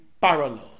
parallel